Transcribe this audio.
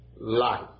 life